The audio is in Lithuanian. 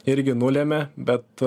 irgi nulemia bet